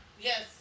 Yes